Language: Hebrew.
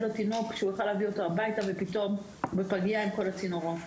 לו תינוק שהוא יוכל להביא הביתה והוא פתאום בפגייה עם כל הצינורות.